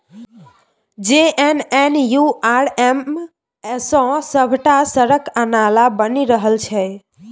JNNURM सँ सभटा सड़क आ नाला बनि रहल छै